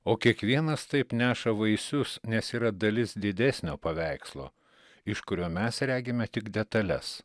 o kiekvienas taip neša vaisius nes yra dalis didesnio paveikslo iš kurio mes regime tik detales